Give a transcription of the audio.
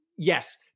Yes